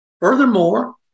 Furthermore